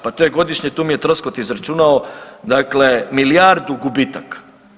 Pa to je godišnje, tu mi je Troskot izračunao, dakle milijardu gubitaka.